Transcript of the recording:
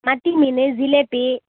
மத்தி மீன் ஜிலேபி